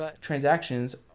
transactions